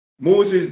Moses